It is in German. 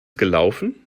gelaufen